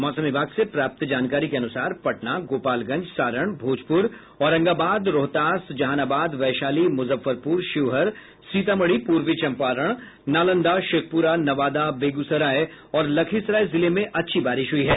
मौसम विभाग से प्राप्त जानकारी के अनुसार पटना गोपालगंज सारण भोजपुर औरंगाबाद रोहतास जहानाबाद वैशाली मुजफ्फरपुर शिवहर सीतामढ़ी पूर्वी चंपारण नालंदा शेखपुरा नवादा बेगूसराय और लखीसराय जिले में अच्छी बारिश हुई है